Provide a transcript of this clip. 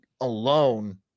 alone